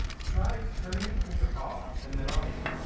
try turning the printer off and then on again.